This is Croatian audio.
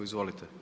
Izvolite.